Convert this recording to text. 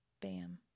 Bam